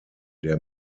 der